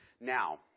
Now